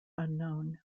unknown